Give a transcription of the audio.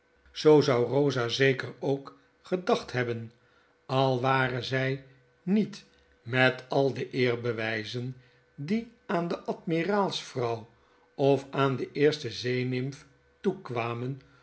zoo zou eosa zeker ook gedacht hebben al ware zg niet met al de eerbewgzen die aan de admiraals vrouw of aan de eerstezeenimftoekwamen